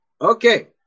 Okay